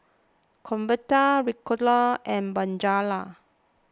Convatec Ricola and Bonjela